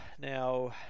Now